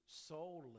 Solely